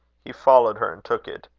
he followed her, and took it.